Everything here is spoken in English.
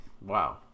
wow